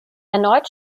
erneut